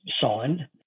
signed